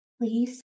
Please